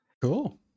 Cool